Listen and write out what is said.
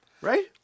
Right